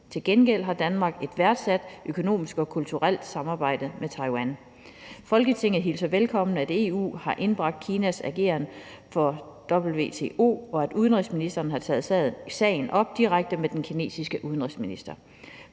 Til gengæld har Danmark et værdsat økonomisk og kulturelt samarbejde med Taiwan. Folketinget hilser velkommen, at EU har indbragt Kinas ageren for WTO, og at udenrigsministeren har taget sagen op direkte med den kinesiske udenrigsminister.